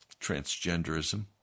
transgenderism